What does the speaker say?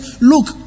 look